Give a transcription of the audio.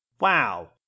Wow